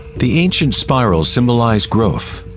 the ancient spirals symbolize growth,